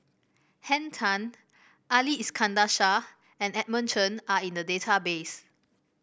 Henn Tan Ali Iskandar Shah and Edmund Chen are in the database